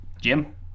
Jim